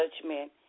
judgment